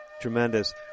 Tremendous